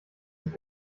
sich